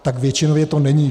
Tak většinově to není.